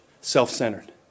self-centered